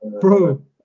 Bro